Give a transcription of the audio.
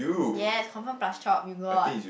ya confirm plus chop you got